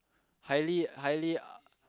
highly highly uh